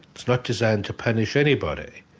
it's not designed to punish anybody,